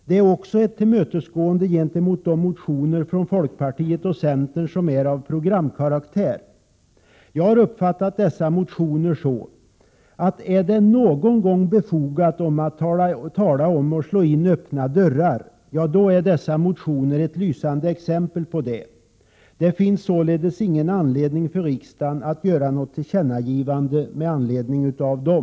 Det är också ett tillmötesgående av de motioner från folkpartiet och centern som är av programkaraktär. Jag har uppfattat dessa motioner så, att om det någon gång är befogat att tala om att slå in öppna dörrar, ja, då är dessa motioner ett lysande exempel på det. Det finns således ingen anledning för riksdagen att göra något tillkännagivande med anledning av dem.